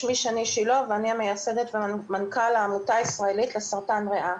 שמי שני שילה ואני המייסדת ומנכ"ל העמותה הישראלית לסרטן ריאה.